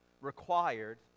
required